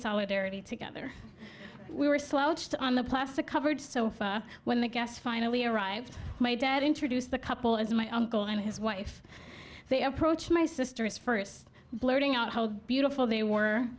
solidarity together we were slouched on the plastic covered sofa when the guests finally arrived my dad introduced the couple as my uncle and his wife they approach my sister's first blurting out how beautiful they were